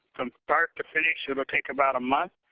from start to finish, it'll take about a month.